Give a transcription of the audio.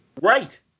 Right